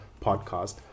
podcast